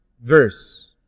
verse